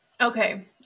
Okay